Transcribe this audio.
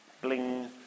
Bling